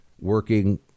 working